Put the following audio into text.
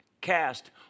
Cast